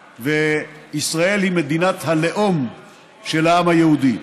וישראל היא מדינת הלאום של העם היהודי.